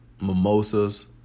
Mimosas